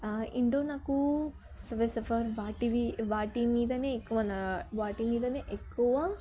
indoor నాకు Subway Surfers వాటివి వాటి మీద ఎక్కువ నా వాటి మీద ఎక్కువ